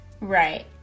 Right